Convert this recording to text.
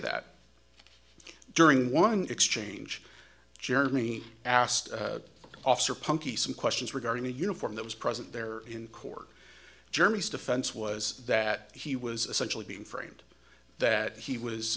that during one exchange jeremy asked officer punky some questions regarding the uniform that was present there in court germany's defense was that he was essentially being framed that he was